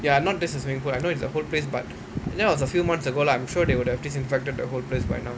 ya not just the swimming pool I know it's the whole place but that was a few months ago lah I'm sure they would have disinfected the whole place by now